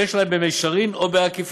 שיש להם במישרין או בעקיפין